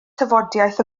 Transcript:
tafodiaith